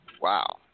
Wow